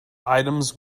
items